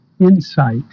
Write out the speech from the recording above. insight